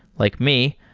like me,